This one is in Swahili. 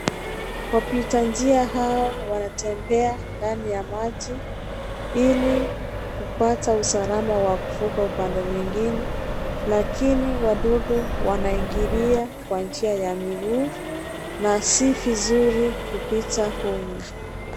Wapita njia hawa wanatembea ndani ya maji ili kupata usalama wa kuvuka upande mwingine lakini wadudu wanaingilia kwa njia ya miguu na si vizuri kupita humu.